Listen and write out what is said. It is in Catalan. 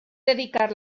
dedicar